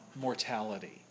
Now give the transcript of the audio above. mortality